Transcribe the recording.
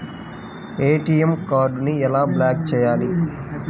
ATM కార్డుని ఎలా block చేయాలి?